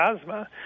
asthma